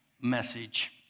message